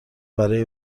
برای